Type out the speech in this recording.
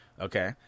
Okay